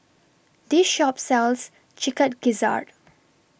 This Shop sells Chicken Gizzard